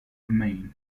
remain